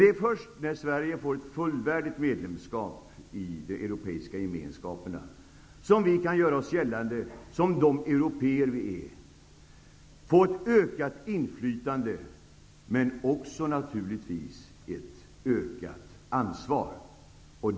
Det är först när Sverige får ett fullvärdigt medlemskap i de europeiska gemenskaperna som vi kan göra oss gällande som de européer vi är och få ett ökat inflytande, men även ett ökat ansvar.